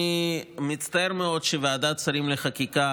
אני מצטער מאוד שוועדת השרים לחקיקה